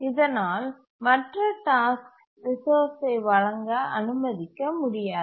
இதனால் மற்ற டாஸ்க் ரிசோர்ஸ்சை வழங்க அனுமதிக்க முடியாது